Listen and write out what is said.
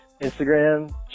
Instagram